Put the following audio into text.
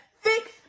fix